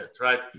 right